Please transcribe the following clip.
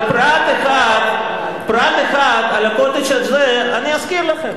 אבל פרט אחד על ה"קוטג'" הזה אני אזכיר לכם.